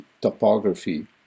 topography